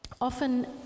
often